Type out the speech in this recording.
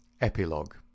Epilogue